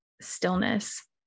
stillness